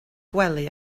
gwely